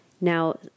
now